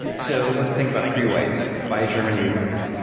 so let's think about three whites. buy german riesling.